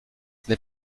n’est